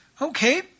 Okay